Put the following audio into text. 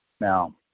Now